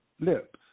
lips